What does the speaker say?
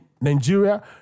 Nigeria